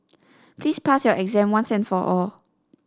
please pass your exam once and for all